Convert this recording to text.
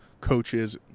coaches